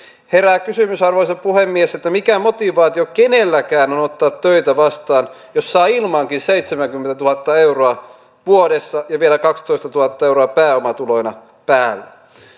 herää kysymys arvoisa puhemies että mikä motivaatio kenelläkään on ottaa töitä vastaan jos saa ilmankin seitsemänkymmentätuhatta euroa vuodessa ja vielä kaksitoistatuhatta euroa pääomatuloina päälle